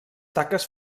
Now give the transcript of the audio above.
taques